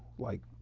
like,